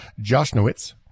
Joshnowitz